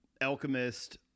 Alchemist